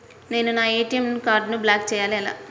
నేను నా ఏ.టీ.ఎం కార్డ్ను బ్లాక్ చేయాలి ఎలా?